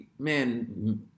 Man